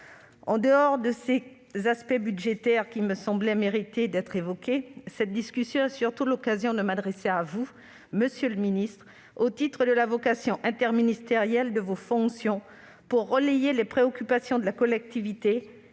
En dehors de ces aspects budgétaires, qui méritaient, me semble-t-il, d'être évoqués, cette discussion est surtout l'occasion de m'adresser à vous, monsieur le ministre, au titre de la vocation interministérielle de vos fonctions, pour vous demander de relayer les préoccupations de la collectivité,